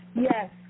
Yes